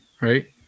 Right